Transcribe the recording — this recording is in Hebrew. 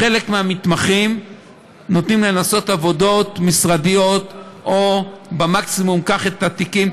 לחלק מהמתמחים נותנים לעשות עבודות משרדיות או מקסימום: קח את התיקים,